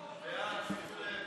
בעד, 57,